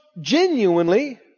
genuinely